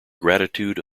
gratitude